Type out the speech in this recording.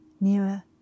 Nearer